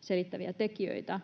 selittäviä tekijöitä.